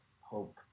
Hope